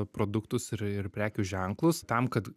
produktus ir ir prekių ženklus tam kad